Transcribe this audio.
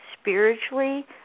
spiritually